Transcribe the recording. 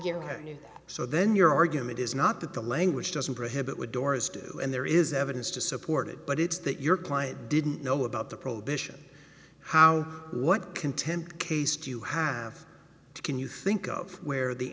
knew so then your argument is not that the language doesn't prohibit would doris do and there is evidence to support it but it's that your client didn't know about the prohibition how what contempt case do you have can you think of where the